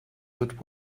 but